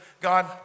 God